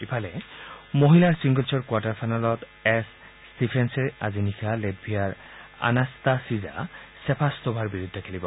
ইফালে মহিলাৰ ছিংগলছৰ কোৱাৰ্টাৰ ফাইনেলত এছ ষ্টিফেন্সে আজি নিশা লেটভিয়াৰ এনা্টাচিজা ছেফাষ্টভাৰ বিৰুদ্ধে খেলিব